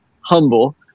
humble